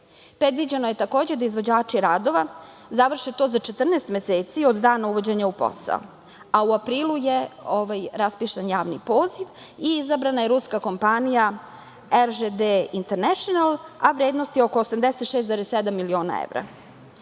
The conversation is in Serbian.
Predviđeno je takođe da izvođači radova završe to za 14 meseci od dana uvođenja u posao, a u aprilu je raspisan javni poziv i izabrana je ruska kompanija „RŽD Internešnl“ a vrednost je oko 86,7 miliona evra. Kao